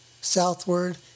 southward